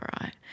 right